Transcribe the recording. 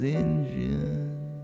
engine